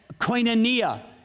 koinonia